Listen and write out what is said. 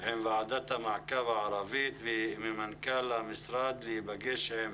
עם ועדת המעקב הערבית ושמנכ"ל המשרד ייפגש עם